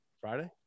Friday